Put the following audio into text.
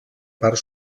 part